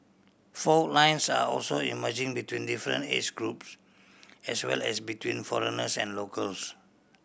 fault lines are also emerging between different age groups as well as between foreigners and locals